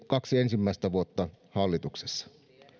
kaksi ensimmäistä vuotta hallituksessa